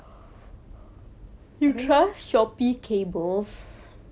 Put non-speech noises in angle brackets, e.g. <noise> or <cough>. <noise>